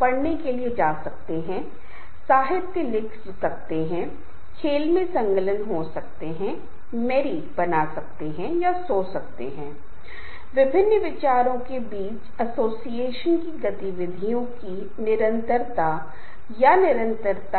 परिवार के सदस्यों के साथ दोस्तों समाज के साथ उस सफलता को साझा करने में सक्षम नहीं हो जाता है उसे सराहना मिल रही है वह वास्तव में जीवन का आनंद ले रहा है एक बोझ नहीं होना चाहिए क्योंकि कभी कभी बहुत सारी संपत्ति प्राप्त करने समाज में बहुत प्रतिष्ठा की स्थिति प्राप्त करने के बावजूद एक व्यक्ति का आनंद लेने में सक्षम नहीं है